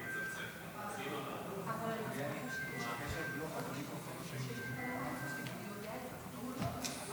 כנסת נכבדה, שנה ושלושה חודשים כולנו מחכים לשובם